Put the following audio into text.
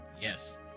Yes